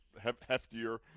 heftier